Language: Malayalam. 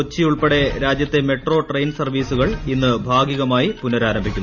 കൊച്ചി ഉൾപ്പെടെ രാജൃഖ്ത്ത് മെട്രോ ട്രെയിൻ സർവ്വീസുകൾ ന് ഇന്ന് ഭാഗികമായി പ്പുനഃരാരംഭിക്കുന്നു